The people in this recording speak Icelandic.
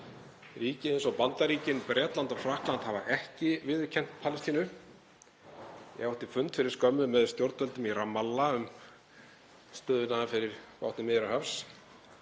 Ríki eins og Bandaríkin, Bretland og Frakkland hafa ekki viðurkennt Palestínu. Ég átti fund fyrir skömmu með stjórnvöldum í Ramallah um stöðuna fyrir botni Miðjarðarhafs